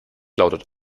lautet